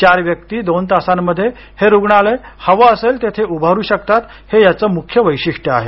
चार व्यक्ती दोन तासांमध्ये हे रुग्णालय हवं असंल तेथे उभारू शकतात हे याचं मुख्य वैशिष्ट्य आहे